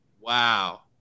Wow